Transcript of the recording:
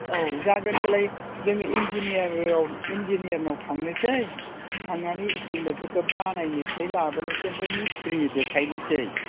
औ जागोन होनबालाय जोंनि इन्जिनियाराव इन्जिनियारनाव थांनोसै थांनानै इसिमेटफोरखौ बानायसै लाबोनोसै ओमफ्राय मिस्ट्रिनो देखायनोसै